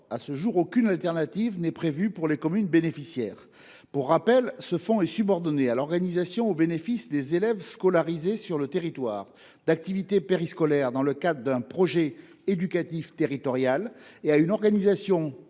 à ce jour, aucune solution de remplacement n’est prévue pour les communes bénéficiaires. Pour rappel, ce fonds est subordonné à l’organisation au bénéfice des élèves scolarisés sur le territoire d’activités périscolaires dans le cadre d’un projet éducatif territorial et à une organisation